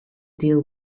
deal